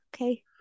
okay